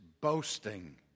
boasting